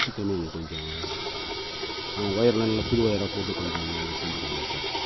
சீக்கிரமே எங்களுக்கு கொஞ்சம் ஆ ஒயர்லாம் நல்லா புது ஒயராக போட்டு கொஞ்சம் எங்களுக்கு செஞ்சிக் கொடுங்க சார்